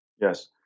Yes